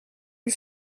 lui